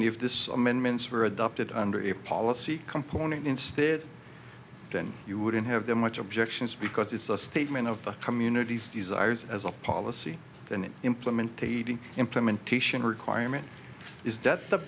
if this amendments were adopted under your policy component instead then you wouldn't have that much objections because it's a statement of communities desires as a policy than it implement the implementation requirement is that the